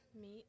meet